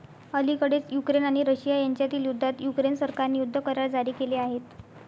अलिकडेच युक्रेन आणि रशिया यांच्यातील युद्धात युक्रेन सरकारने युद्ध करार जारी केले आहेत